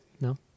No